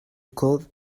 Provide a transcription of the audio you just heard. called